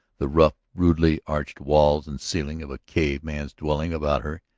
the rough, rudely arched walls and ceiling of a cave man's dwelling about her,